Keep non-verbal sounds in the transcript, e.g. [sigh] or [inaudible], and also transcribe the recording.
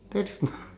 that's [noise]